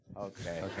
Okay